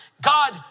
God